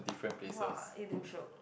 !wow! eh damn shiok